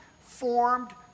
formed